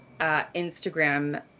Instagram